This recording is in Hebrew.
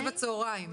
שישי בצוהריים,